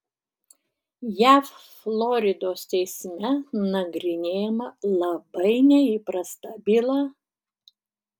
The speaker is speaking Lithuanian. jav floridos teisme nagrinėjama labai neįprasta byla